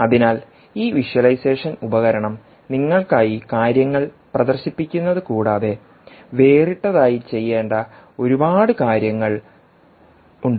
അതിനാൽ ഈ വിഷ്വലൈസേഷൻ ഉപകരണം നിങ്ങൾക്കായി കാര്യങ്ങൾ പ്രദർശിപ്പിക്കുന്നത് കൂടാതെ വേറിട്ടതായി ചെയ്യേണ്ട ഒരുപാട് കാര്യങ്ങൾ ഉണ്ട്